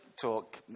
talk